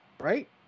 right